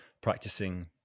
practicing